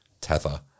tether